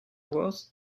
was